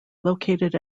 located